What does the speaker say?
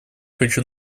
хочу